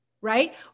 right